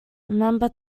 remember